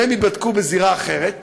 שהן ייבדקו בזירה אחרת